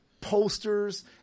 posters